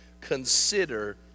consider